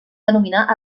denominar